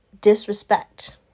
disrespect